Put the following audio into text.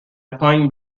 پانگ